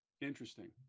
interesting